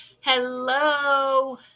Hello